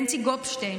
בנצי גופשטיין,